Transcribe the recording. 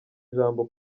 ijambo